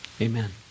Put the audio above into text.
Amen